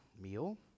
meal